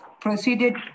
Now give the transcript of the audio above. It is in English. proceeded